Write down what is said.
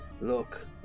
look